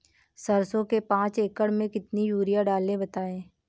सरसो के पाँच एकड़ में कितनी यूरिया डालें बताएं?